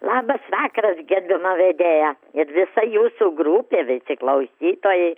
labas vakaras gerbiama vedėja ir visa jūsų grupė visi klausytojai